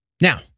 Now